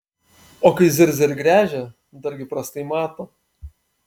o kai zirzia ir gręžia dargi prastai mato